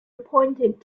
appointed